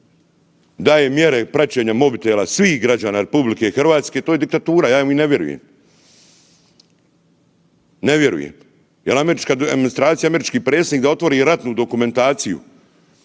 daje mjere praćenja mobitela svih građana RH, to je diktatura, ja u nju ne vjerujem. Ne vjerujem jer američka administracija, američki predsjednik da otvori ratnu dokumentaciju